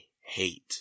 hate